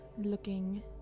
looking